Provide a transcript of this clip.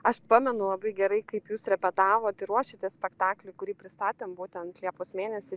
aš pamenu labai gerai kaip jūs repetavot ir ruošėtės spektakliui kurį pristatėm būtent liepos mėnesį